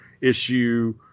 issue